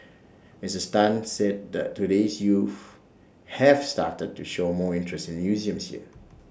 misses Tan said that today's youth have started to show more interest in museums here